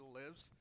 lives